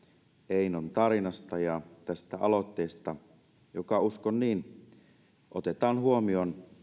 einon tarinasta ja tästä aloitteesta joka uskon niin otetaan huomioon